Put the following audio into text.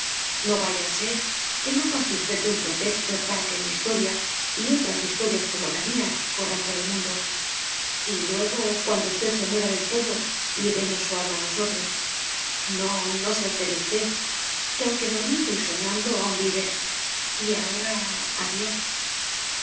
no vaya a ser que no pase usted de un pretexto para que mi historia y otras historias como la mía corran por el mundo y luego cuando usted se muera del todo llevemos su alma nosotros no no no se altere usted que aunque dormido y soñando aún vive y ahora adiós